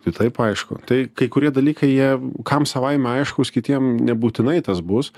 tai taip aišku tai kai kurie dalykai jie kam savaime aiškūs kitiem nebūtinai tas bus